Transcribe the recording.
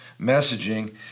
messaging